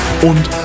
Und